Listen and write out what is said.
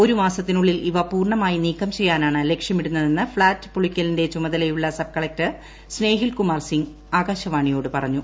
ഒരു മാസത്തിനുള്ളിൽ ഇവ പൂർണമായി നീക്കം ചെയ്യാനാണ് ലക്ഷ്യമിടുന്നതെന്ന് ഫ്ളാറ്റ് പൊളിക്കലിന്റെ ച്ചുമതലയുള്ള സബ്കളക്ടർ സ്നേഹിൽകുമാർ സിങ്ങ് ആകാശവാണിയോട് പറഞ്ഞു